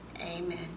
amen